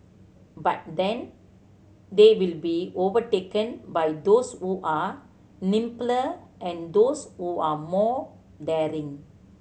but then they will be overtaken by those who are nimbler and those who are more daring